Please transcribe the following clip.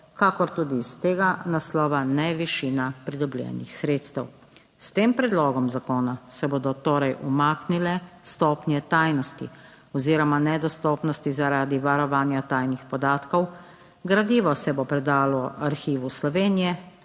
kakor tudi iz tega naslova ne višina pridobljenih sredstev. S tem predlogom zakona se bodo torej umaknile stopnje tajnosti oziroma nedostopnosti, zaradi varovanja tajnih podatkov. Gradivo se bo predalo Arhivu Slovenije